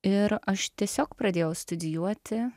ir aš tiesiog pradėjau studijuoti